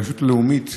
הרשות הלאומית,